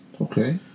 Okay